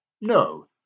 No